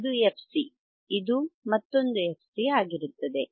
ಇದು fc ಇದು ಮತ್ತೊಂದು fc ಆಗಿರುತ್ತದೆ